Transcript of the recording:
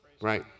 Right